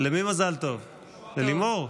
למי מזל טוב, ללימור?